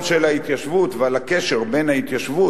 של ההתיישבות ועל הקשר בין ההתיישבות,